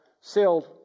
sailed